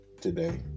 today